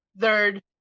third